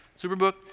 Superbook